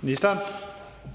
Kl.